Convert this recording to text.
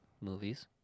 movies